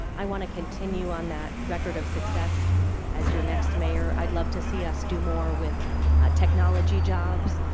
i want to continue on that record of success as your next mayor. i'd love to see us do more with technology jobs.